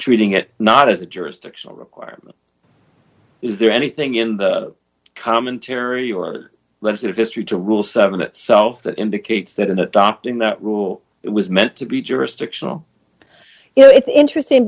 treating it not as a jurisdictional requirement is there anything in the commentary or lesson of history to rule seven itself that indicates that in adopting that rule it was meant to be jurisdictional you know it's interesting